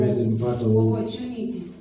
opportunity